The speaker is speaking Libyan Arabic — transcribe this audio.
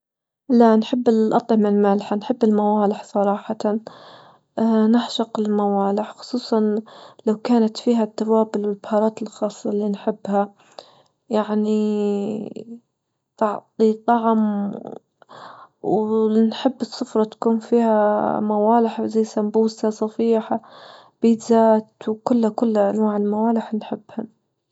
لا نحب الأطعمة المالحة، نحب الموالح صراحة نعشق الموالح خصوصا لو كانت فيها التوابل والبهارات الخاصة اللي نحبها، يعني تعطى طعم ولنحب السفرة تكون فيها موالح زى السمبوسة صفيح بيتزات وكلها-كلها أنواع الموالح اللي نحبها.